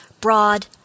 Broad